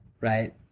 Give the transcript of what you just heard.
right